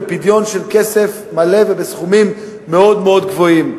בפדיון של כסף מלא ובסכומים מאוד מאוד גבוהים.